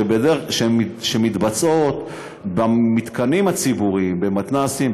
שמתקיימות במתקנים הציבוריים: במתנ"סים,